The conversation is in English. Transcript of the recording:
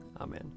Amen